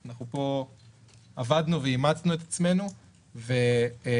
אנחנו עבדנו ואימצנו את עצמנו והבנו